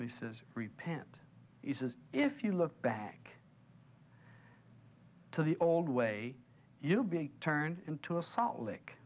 he says repent he says if you look back to the old way you'll be turned into a salt lick